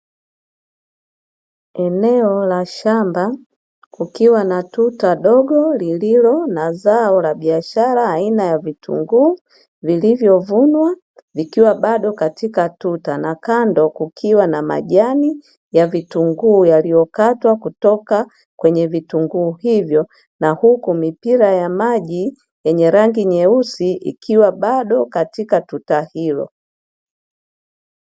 Eneo la shamba kukiwa na tuta dogo lililo na zao la biashara aina ya vitunguu vilivyovunwa vikiwa bado katika tuta, na kando kukiwa na majani ya vitunguu yaliyokatwa kutoka kwenye vitunguu hivyo. Na huku mipira ya maji yenye rangi nyeusi ukiwa bado katika tuta hilo.